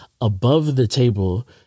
above-the-table